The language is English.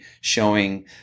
showing